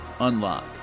unlock